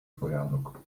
порядок